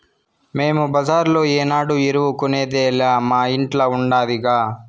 మేము బజార్లో ఏనాడు ఎరువు కొనేదేలా మా ఇంట్ల ఉండాదిగా